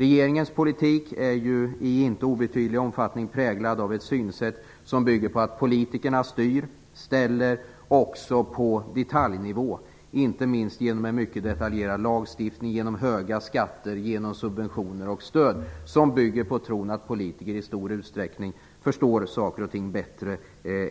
Regeringens politik präglas i inte obetydlig omfattning av ett synsätt som bygger på att politikerna styr och ställer också på detaljnivå, inte minst genom en mycket detaljerad lagstiftning, genom höga skatter och genom subventioner och stöd som bygger på att politiker i stor utsträckning förstår saker och ting bättre